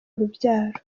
urubyaro